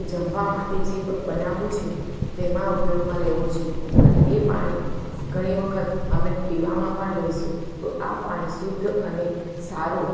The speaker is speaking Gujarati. જમવા માટે જે બ બનાવવું છે તેમાં ઉપયોગમાં લેવું છે અને એ પાણી ઘણી વખત અમે પીવામાં પણ લઈશું તો આ પાણી શુદ્ધ અને સારું